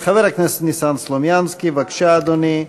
חבר הכנסת ניסן סלומינסקי, בבקשה, אדוני.